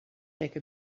take